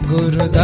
Guru